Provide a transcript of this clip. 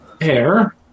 air